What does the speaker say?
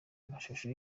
mashusho